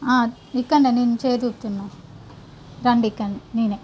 ఆ ఇక్కడనే నేను చేయి ఊపుతున్నా రండి ఇక్కడ నేనే